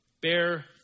bear